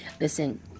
Listen